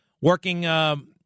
Working